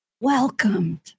welcomed